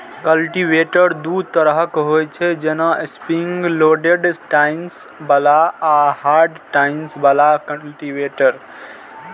cultivator दू तरहक होइ छै, जेना स्प्रिंग लोडेड टाइन्स बला आ हार्ड टाइन बला कल्टीवेटर